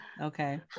okay